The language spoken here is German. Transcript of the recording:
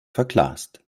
verglast